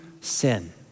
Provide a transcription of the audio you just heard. Sin